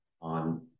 on